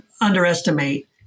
underestimate